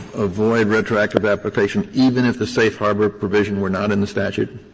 avoid retroactive application even if the safe harbor provision were not in the statute?